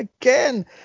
again